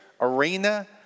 arena